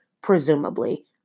presumably